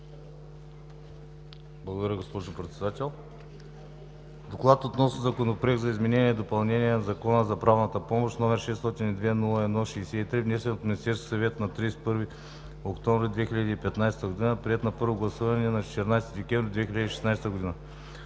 Благодаря, госпожо Председател. „Доклад относно Законопроект за изменение и допълнение на Закона за правната помощ, № 602-01-63, внесен от Министерския съвет на 31 октомври 2015 г., приет на първо гласуване на 14 декември 2016 г.”